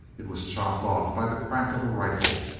it was chopped off by the crack of a rifle,